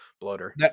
bloater